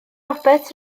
robert